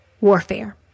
warfare